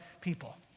people